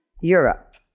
Europe